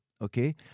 Okay